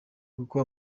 kuko